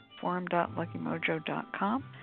forum.luckymojo.com